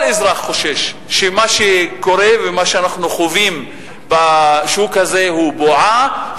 כל אזרח חושש שמה שקורה ומה שאנחנו חווים בשוק הזה הוא בועה,